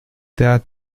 der